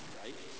right